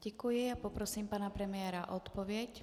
Děkuji a poprosím pana premiéra o odpověď.